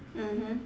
mmhmm